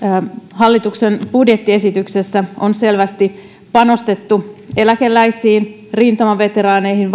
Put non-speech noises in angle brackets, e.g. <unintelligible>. hallituksen budjettiesityksessä on selvästi panostettu eläkeläisiin rintamaveteraaneihin <unintelligible>